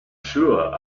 sure